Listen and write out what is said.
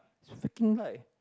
it's freaking light